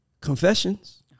Confessions